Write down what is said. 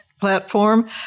platform